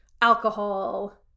alcohol